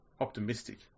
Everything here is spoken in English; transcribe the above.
optimistic